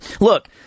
Look